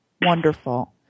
Wonderful